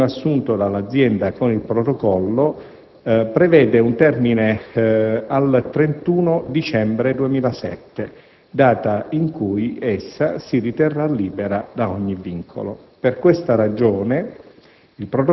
L'impegno assunto dall'azienda con il protocollo prevede un termine al 31 dicembre 2007, data in cui essa si riterrà libera da ogni vincolo. Per questa ragione,